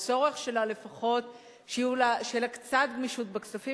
הצורך שלה לפחות שתהיה לה קצת גמישות בכספים,